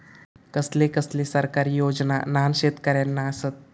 कसले कसले सरकारी योजना न्हान शेतकऱ्यांना आसत?